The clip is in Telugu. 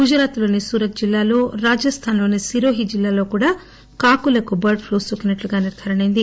గుజరాత్లోని సూరత్ జిల్లాలో కాకులకు రాజస్దాన్లోని సిరోహి జిల్లాలో కూడా కాకులకు బర్ద్ ప్తూ నోకినట్లు నిర్గారణ అయింది